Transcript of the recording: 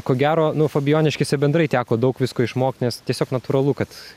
ko gero nu fabijoniškėse bendrai teko daug visko išmokt nes tiesiog natūralu kad